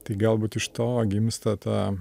tai galbūt iš to gimsta ta